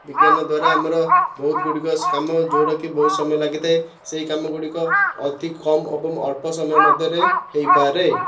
ବିଜ୍ଞାନ ଦ୍ୱାରା ଆମର ବହୁତଗୁଡ଼ିକ କାମ ଯେଉଁଟାକି ବହୁତ ସମୟ ଲାଗିଥାଏ ସେଇ କାମ ଗୁଡ଼ିକ ଅତି କମ୍ ଏବଂ ଅଳ୍ପ ସମୟ ମଧ୍ୟରେ ହୋଇପାରେ